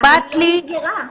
אבל היא לא נסגרה.